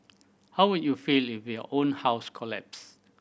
how would you feel if your own house collapsed